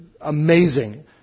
amazing